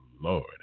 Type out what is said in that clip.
Lord